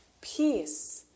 peace